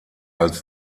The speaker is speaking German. als